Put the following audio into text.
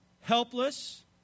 helpless